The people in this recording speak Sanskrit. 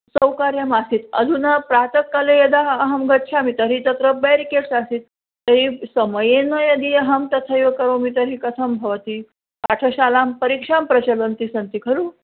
सौकर्यमासीत् अधुना प्रातः काले यदा अहं गच्छामि तर्हि तत्र बेरिकेट्स् आसीत् तर्हि समयेन यदि अहं तथैव करोमि तर्हि कथं भवति पाठशालां परीक्षां प्रचलन्ति सन्ति खलु